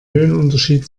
höhenunterschied